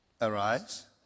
Arise